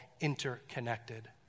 interconnected